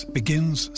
begins